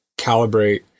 calibrate